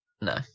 No